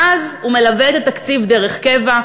מאז הוא מלווה את התקציב דרך קבע,